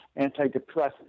antidepressants